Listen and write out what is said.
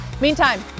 Meantime